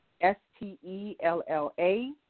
S-T-E-L-L-A